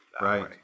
Right